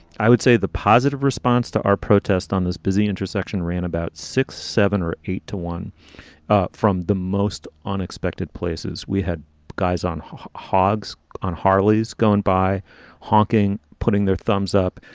i would say the positive response to our protest on this busy intersection ran about six, seven or eight to one from the most unexpected places. we had guys on hogs on harley's going by honking, putting their thumbs up.